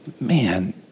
Man